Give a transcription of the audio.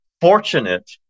fortunate